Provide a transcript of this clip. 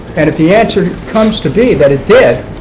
and if the answer comes to be that it did,